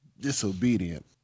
Disobedient